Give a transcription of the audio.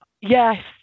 Yes